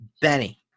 Benny